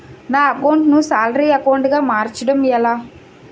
నా అకౌంట్ ను salary account గా మార్చటం ఎలా?